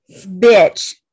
bitch